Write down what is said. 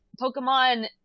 Pokemon